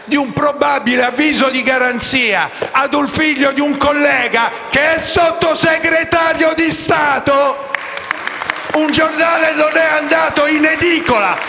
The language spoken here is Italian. di un probabile avviso di garanzia al figlio di un collega che è Sottosegretario di Stato) un giornale non è andato in edicola,